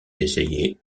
d’essayer